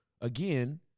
again